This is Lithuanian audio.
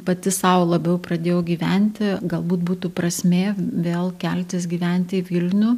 pati sau labiau pradėjau gyventi galbūt būtų prasmė vėl keltis gyventi į vilnių